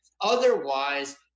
Otherwise